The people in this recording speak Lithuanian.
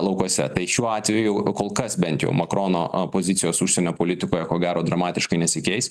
laukuose tai šiuo atveju kol kas bent jau makrono a pozicijos užsienio politikoje ko gero dramatiškai nesikeis